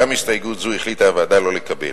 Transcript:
גם את הסתייגות זו החליטה הוועדה לא לקבל.